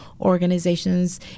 organizations